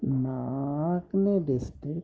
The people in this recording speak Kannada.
ನಾಲ್ಕನೇ ಡಿಸ್ಟಿಕ್